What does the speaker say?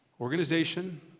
organization